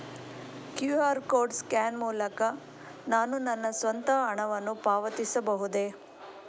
QR code scan ಮೂಲಕ ನಾನು ನನ್ನ ಸ್ವಂತ ಹಣವನ್ನು ಪಾವತಿಸಬಹುದೇ?